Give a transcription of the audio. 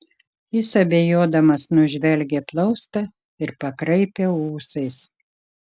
jis abejodamas nužvelgė plaustą ir pakraipė ūsais